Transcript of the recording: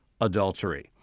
adultery